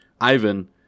Ivan